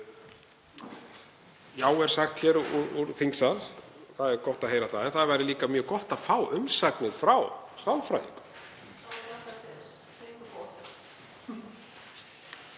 Já, er sagt í þingsal. Það er gott að heyra það. En það væri líka mjög gott að fá umsagnir frá sálfræðingum.